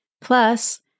Plus